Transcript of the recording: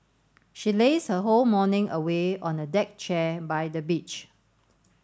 she lazed her whole morning away on the deck chair by the beach